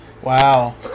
Wow